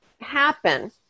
happen